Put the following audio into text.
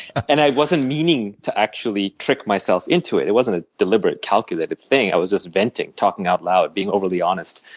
and i wasn't meaning to actually trick myself into it it wasn't a deliberate, calculated thing. i was just venting, talking out loud, being overly honest.